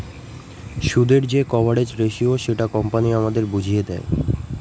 সুদের যে coverage ratio সেটা কোম্পানি আমাদের বুঝিয়ে দেয়